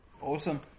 Awesome